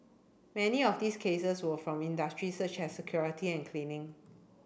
many of these cases were from industries such as security and cleaning